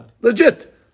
Legit